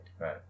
Right